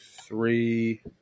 three